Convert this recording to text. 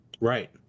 Right